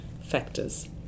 factors